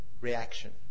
reaction